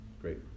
great